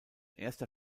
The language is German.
erster